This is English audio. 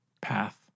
Path